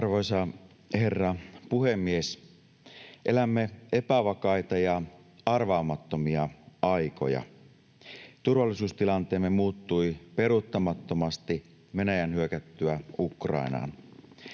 Arvoisa herra puhemies! Elämme epävakaita ja arvaamattomia aikoja. Turvallisuustilanteemme muuttui peruuttamattomasti Venäjän hyökättyä Ukrainaan.